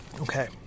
okay